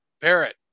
Parrot